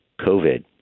COVID